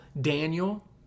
Daniel